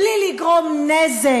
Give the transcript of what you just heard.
בלי לגרום נזק,